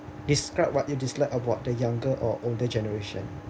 describe what you dislike about the younger or older generation